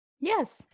Yes